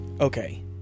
Okay